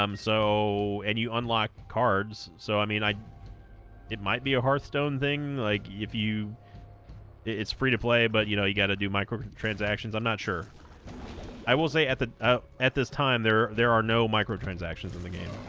um so and you unlock cards so i mean i it might be a hearthstone thing like if you it's free to play but you know you got to do micro transactions i'm not sure i will say at the at this time there there are no micro transactions in the game